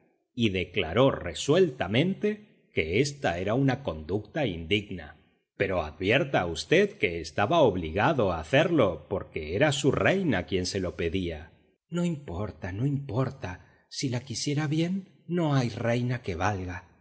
y declaró resueltamente que esta era una conducta indigna pero advierta v que estaba obligado a hacerlo porque era su reina quien se lo pedía no importa no importa si la quisiera bien no hay reina que valga